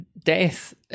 death